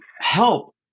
help